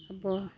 ᱟᱵᱚ